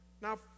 Now